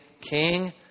king